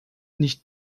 nicht